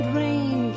rain